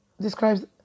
describes